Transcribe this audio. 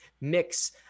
mix